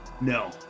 no